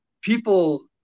people